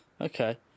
Okay